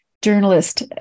journalist